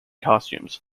costumes